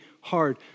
hard